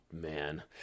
man